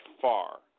far